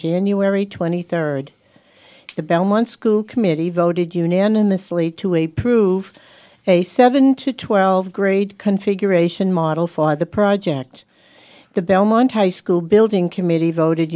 january twenty third the belmont school committee voted unanimously to a prove a seven to twelve grade configuration model for the project the belmont high school building committee voted